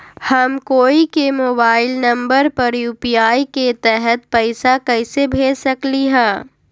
हम कोई के मोबाइल नंबर पर यू.पी.आई के तहत पईसा कईसे भेज सकली ह?